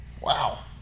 Wow